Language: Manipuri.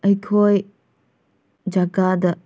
ꯑꯩꯈꯣꯏ ꯖꯥꯒꯗ